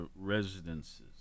residences